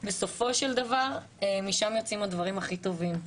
בסופו של דבר משם כנראה